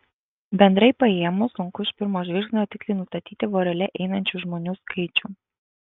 bendrai paėmus sunku iš pirmo žvilgsnio tiksliai nustatyti vorele einančių žmonių skaičių